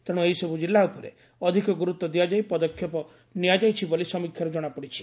ତେଣୁ ଏହିସବୁ କିଲୁ ଉପରେ ଅଧିକ ଗୁରୁତ୍ୱ ଦିଆଯାଇ ପଦକ୍ଷେପ ନିଆଯାଇଛି ବୋଲି ସମୀକ୍ଷାରୁ ଜଶାପଡିଛି